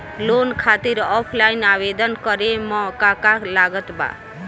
Loan खातिर offline आवेदन करे म का का लागत बा?